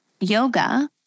yoga